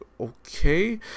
okay